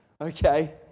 Okay